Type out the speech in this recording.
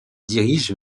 dirige